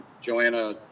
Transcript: Joanna